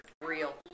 Real